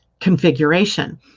configuration